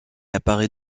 apparaît